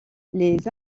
les